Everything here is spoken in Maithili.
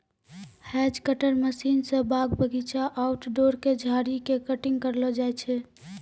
हेज कटर मशीन स बाग बगीचा, आउटडोर के झाड़ी के कटिंग करलो जाय छै